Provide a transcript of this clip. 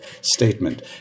statement